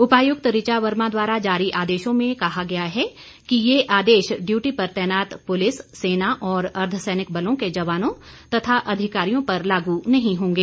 उपायुक्त ऋचा वर्मा द्वारा जारी आदेशों में कहा गया है कि यह आदेश ड्यूटी पर तैनात पुलिस सेना और अर्द्वसैनिक बलों के जवानों तथा अधिकारियों पर लागू नहीं होंगे